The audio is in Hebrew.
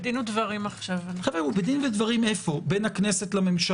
ידינו לצערנו עמוסות פעם נוספת בענייני קורונה.